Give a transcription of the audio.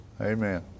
Amen